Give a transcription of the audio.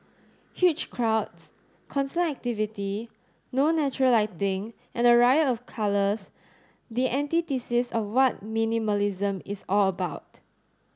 huge crowds constant activity no natural lighting and a riot of colours the antithesis of what minimalism is all about